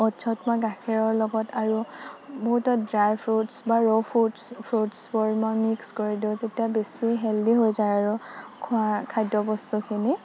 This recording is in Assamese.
অ'টছ্ত মই গাখীৰৰ লগত আৰু বহুতো ড্ৰাই ফ্ৰুটছ বা ৰ' ফ্ৰুটছ ফ্ৰুটছবোৰ মই মিক্স কৰি দিওঁ তেতিয়া বেছি হেলদি হৈ যায় আৰু খোৱা খাদ্য বস্তুখিনি